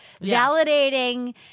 validating